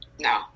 no